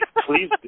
Please